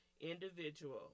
individual